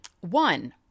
One